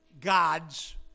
God's